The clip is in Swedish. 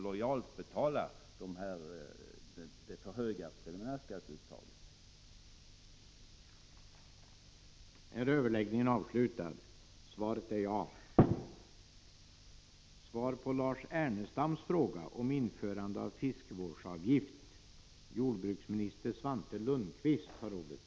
Fiskeristyrelsen har i sin anslagsframställning för nästa budgetår begärt en ökning av stödet till fiskevården. Förslaget kommer att behandlas i budgetpropositionen.